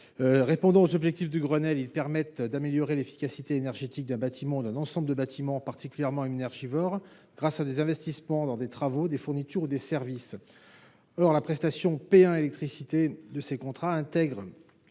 Répondant aux objectifs du Grenelle de l’environnement, ces contrats permettent d’améliorer l’efficacité énergétique d’un bâtiment ou d’un ensemble de bâtiments particulièrement énergivores grâce à des investissements dans des travaux, des fournitures ou des services. Or la prestation P1 électricité de ces contrats intègre,